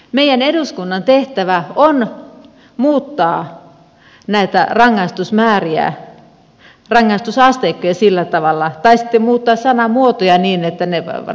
meidän eduskunnan tehtävä on muuttaa näitä rangaistusmääriä rangaistusasteikkoja tai sitten muuttaa sanamuotoja niin että rangaistus annettaisiin kovempana